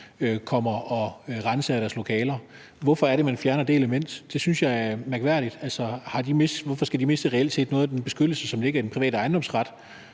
kommer og ransager deres lokaler? Hvorfor fjerner man det element? Det synes jeg er mærkværdigt. Hvorfor skal de reelt set miste noget af den beskyttelse, som ligger i den private ejendomsret